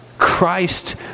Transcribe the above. Christ